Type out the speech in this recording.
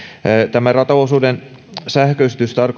tämän rataosuuden sähköistys